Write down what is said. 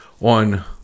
on